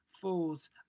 falls